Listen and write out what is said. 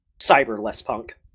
cyber-less-punk